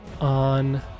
on